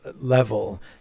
level